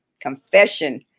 Confession